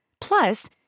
Plus